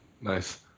nice